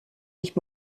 ich